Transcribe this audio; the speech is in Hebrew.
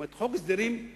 זאת אומרת, חוק הסדרים ענק,